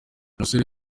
umusore